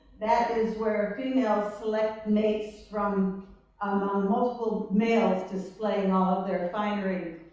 that is where females select mates from among multiple males displaying all of their finery.